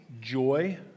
joy